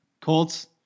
Colts